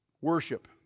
Worship